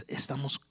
estamos